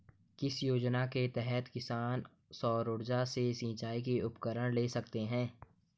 किस योजना के तहत किसान सौर ऊर्जा से सिंचाई के उपकरण ले सकता है?